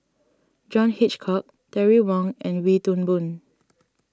John Hitchcock Terry Wong and Wee Toon Boon